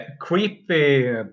Creepy